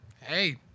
hey